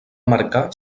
marcar